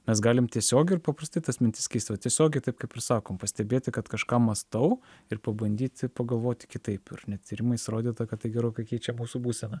mes galim tiesiogiai ir paprastai tas mintis keist va tiesiogiai taip kaip ir sakom pastebėti kad kažką mąstau ir pabandyti pagalvoti kitaip ir net tyrimais įrodyta kad tai gerokai keičia mūsų būseną